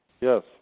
Yes